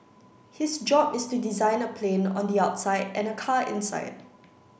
his job is to design a plane on the outside and a car inside